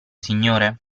signore